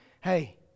hey